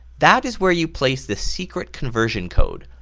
that is where you place the secret conversion code.